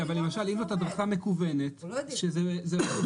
אבל למשל אם זאת הדרכה מקוונת, שזה ---,